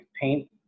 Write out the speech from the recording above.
paint